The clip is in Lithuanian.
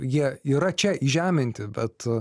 jie yra čia įžeminti bet